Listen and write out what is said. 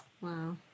Wow